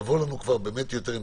לבוא אלינו כבר עם תיקון.